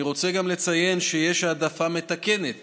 אני רוצה לציין שיש גם העדפה מתקנת